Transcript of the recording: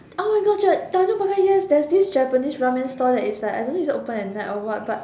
oh my god Tanjong-Pagar yes there's this Japanese ramen stall that is like I don't know is it open at night or what but